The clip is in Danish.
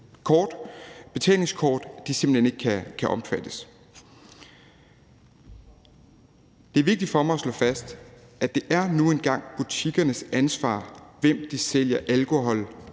betalingskort, ikke kan omfattes. Det er vigtigt for mig at slå fast, at det nu en gang er butikkernes ansvar, hvem de sælger alkohol